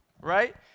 right